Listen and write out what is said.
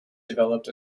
developed